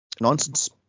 Nonsense